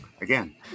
again